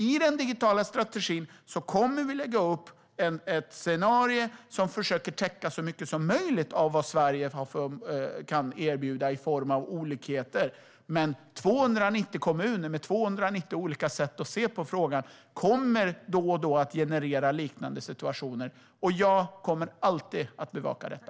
I den digitala strategin kommer vi att lägga upp ett scenario som försöker täcka så mycket som möjligt av vad Sverige kan erbjuda i form av olikheter. Men med 290 kommuner med 290 olika sätt att se på frågan kommer liknande situationer då och då att uppkomma. Och jag kommer alltid att bevaka detta.